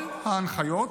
כל ההנחיות,